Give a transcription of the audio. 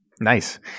Nice